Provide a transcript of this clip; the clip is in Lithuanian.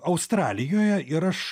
australijoje ir aš